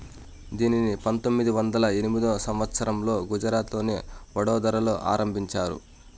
దీనిని పంతొమ్మిది వందల ఎనిమిదో సంవచ్చరంలో గుజరాత్లోని వడోదరలో ఆరంభించారు